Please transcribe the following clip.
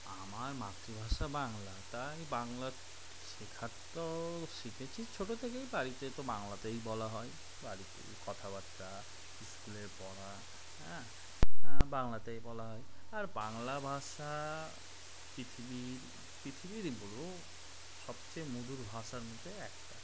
আমার মাতৃভাষা বাংলা তাই বাংলা শেখার তো শিখেছি ছোট থেকেই বাড়িতে তো বাংলাতেই বলা হয় বাড়িতে কথাবার্তা স্কুলে পড়া হ্যাঁ বাংলাতেই বলা হয় আর বাংলা ভাষা পৃথিবীর পৃথিবীরই বলব সবচেয়ে মধুর ভাষার মধ্যে একটা